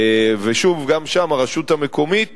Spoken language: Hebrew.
וגם שם הרשות המקומית